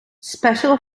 special